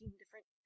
different